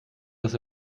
dass